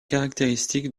caractéristique